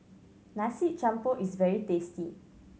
Nasi Campur is very tasty